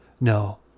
No